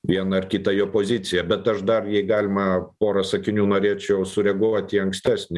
vieną ar kitą jo poziciją bet aš dar jei galima porą sakinių norėčiau sureaguoti į ankstesnį